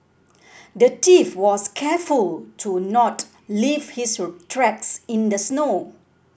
the thief was careful to not leave his tracks in the snow